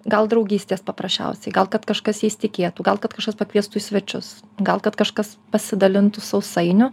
gal draugystės paprasčiausiai gal kad kažkas jais tikėtų gal kad kažkas pakviestų į svečius gal kad kažkas pasidalintų sausainiu